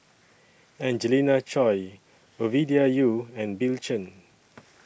Angelina Choy Ovidia Yu and Bill Chen